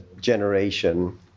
generation